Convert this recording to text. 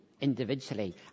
individually